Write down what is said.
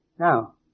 Now